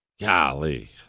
Golly